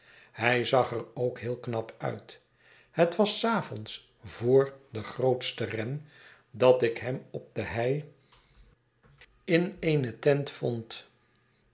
hij zag er ook heel knap uit het was s avonds voor de grootste ren dat ik hem op de hei in eene tent vond